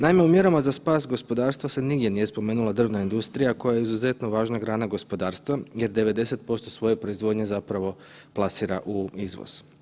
Naime, u mjerama za spas gospodarstva se nigdje nije spomenula drvna industrija, koja je izuzetno važna grana gospodarstva jer 90% svoje proizvodnje zapravo plasira u izvoz.